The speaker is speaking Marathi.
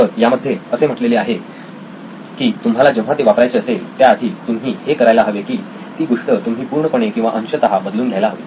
तर यामध्ये असे म्हटलेले आहे की तुम्हाला जेव्हा ते वापरायचे असेल त्या आधी तुम्ही हे करायला हवे की ती गोष्टं तुम्ही पूर्णपणे किंवा अंशतः बदलून घ्यायला हवी